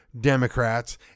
Democrats